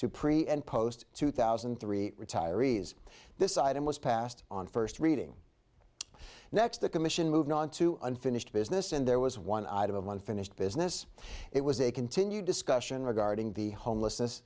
to pre and post two thousand and three retirees this item was passed on first reading next the commission moved onto unfinished business and there was one item of unfinished business it was a continued discussion regarding the homelessness